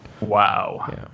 Wow